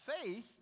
faith